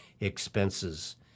expenses